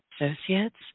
Associates